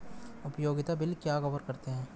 उपयोगिता बिल क्या कवर करते हैं?